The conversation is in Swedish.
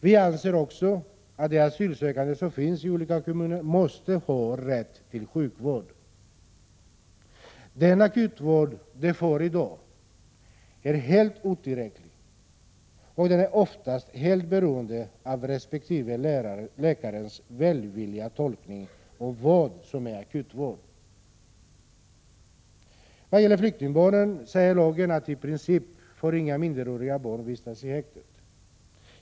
Vi anser att de asylsökande som finns i olika kommuner måste ha rätt till sjukvård. Den akutvård de får i dag är helt otillräcklig, och den är oftast helt beroende av resp. läkares välvilliga tolkning av vad som är akutvård. Vad gäller flyktingbarnen säger lagen att i princip får inga minderåriga barn vistas i häkte.